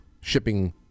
shipping